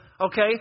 okay